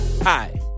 Hi